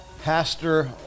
Pastor